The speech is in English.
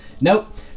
Nope